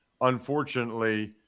unfortunately